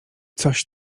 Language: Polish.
coś